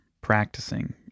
practicing